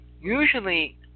Usually